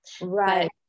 Right